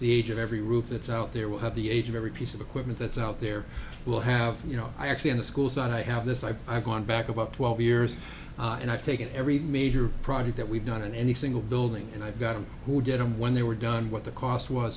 the age of every roof that's out there will have the age of every piece of equipment that's out there will have you know i actually in the schools i have this i have gone back about twelve years and i've taken every major project that we've done in any single building and i've got a who did and when they were done what the cost was